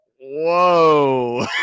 Whoa